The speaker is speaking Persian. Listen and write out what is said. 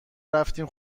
رفتیم